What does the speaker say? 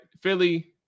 Philly